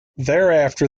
thereafter